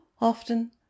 Often